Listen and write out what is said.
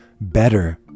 better